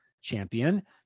champion